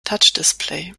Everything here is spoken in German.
touchdisplay